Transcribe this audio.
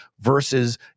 versus